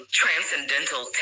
transcendental